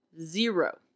Zero